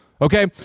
Okay